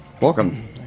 Welcome